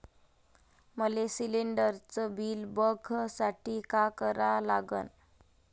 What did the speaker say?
मले शिलिंडरचं बिल बघसाठी का करा लागन?